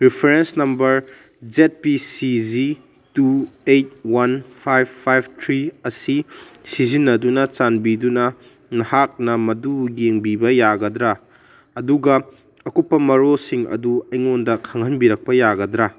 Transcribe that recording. reference number Z P C G two eight one five five three ꯑꯁꯤ ꯁꯤꯖꯤꯟꯅꯗꯨꯅ ꯆꯥꯟꯕꯤꯗꯨꯅ ꯅꯍꯥꯛꯅ ꯃꯗꯨ ꯌꯦꯡꯕꯤꯕ ꯌꯥꯒꯗ꯭ꯔꯥ ꯑꯗꯨꯒ ꯑꯀꯨꯞꯄ ꯃꯔꯣꯜꯁꯤꯡ ꯑꯗꯨ ꯑꯩꯉꯣꯟꯗ ꯈꯪꯍꯟꯕꯤꯔꯛꯄ ꯌꯥꯒꯗ꯭ꯔꯥ